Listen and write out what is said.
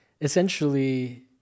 essentially